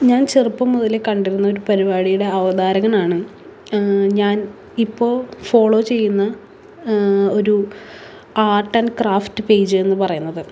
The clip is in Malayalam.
ഞാൻ ചെറുപ്പം മുതലേ കണ്ടിരുന്ന ഒരു പരിപാടിയുടെ അവതാരകനാണ് ഞാൻ ഇപ്പോൾ ഫോളോ ചെയ്യുന്ന ഒരു ആർട്ട് ആൻഡ് ക്രാഫ്റ്റ് പേജ് എന്ന് പറയുന്നത്